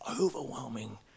overwhelming